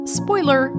spoiler